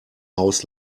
haus